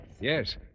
Yes